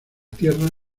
tierra